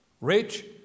Rich